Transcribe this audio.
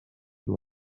who